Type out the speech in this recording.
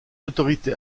autorités